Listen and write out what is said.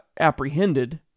apprehended